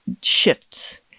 shifts